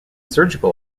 surgical